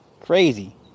Crazy